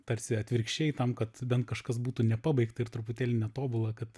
tarsi atvirkščiai tam kad bent kažkas būtų nepabaigta ir truputėlį netobula kad